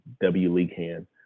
W-L-E-E-C-A-N